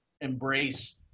embrace